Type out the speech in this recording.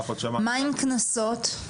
מה עם קנסות?